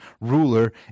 ruler